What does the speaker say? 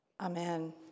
Amen